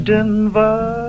Denver